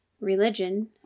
religion